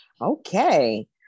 Okay